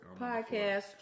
podcast